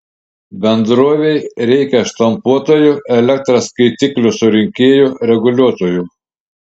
bendrovei reikia štampuotojų elektros skaitiklių surinkėjų reguliuotojų